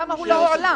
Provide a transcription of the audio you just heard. למה הוא לא הועלה?